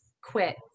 quit